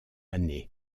année